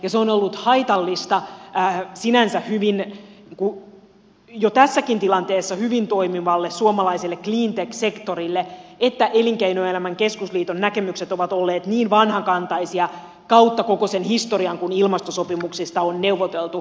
ja se on ollut haitallista sinänsä jo tässäkin tilanteessa hyvin toimivalle suomalaiselle cleantech sektorille että elinkeinoelämän keskusliiton näkemykset ovat olleet niin vanhakantaisia kautta koko sen historian kun ilmastosopimuksista on neuvoteltu